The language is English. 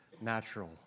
natural